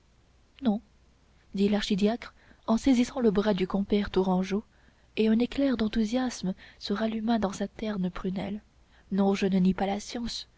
non dit l'archidiacre en saisissant le bras du compère tourangeau et un éclair d'enthousiasme se ralluma dans sa terne prunelle non je ne nie pas la science